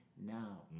now